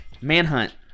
Manhunt